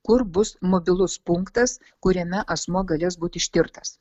kur bus mobilus punktas kuriame asmuo galės būt ištirtas